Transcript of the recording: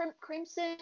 crimson